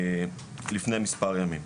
לפני מספר ימים.